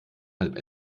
halb